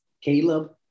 Caleb